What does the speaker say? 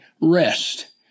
rest